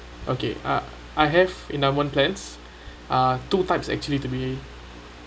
okay uh I have endowment plans uh two type actually to be